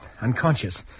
Unconscious